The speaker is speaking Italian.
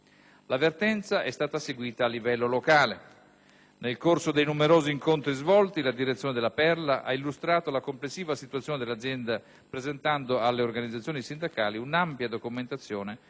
La vertenza è stata seguita a livello locale. Nel corso dei numerosi incontri svolti, la direzione de "La Perla" ha illustrato la complessiva situazione dell'azienda, presentando alle organizzazioni sindacali un'ampia documentazione